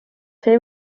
see